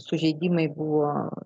sužeidimai buvo